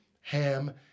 Ham